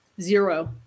Zero